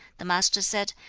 the master said,